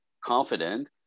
confident